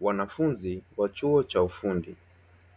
Wanafunzi wa chuo cha ufundi